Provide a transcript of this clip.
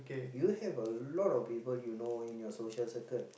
you have a lot of people you know in your social circle